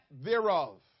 thereof